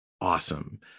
awesome